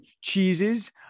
cheeses